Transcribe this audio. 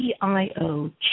CIO